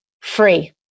free